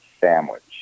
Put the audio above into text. sandwich